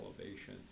elevation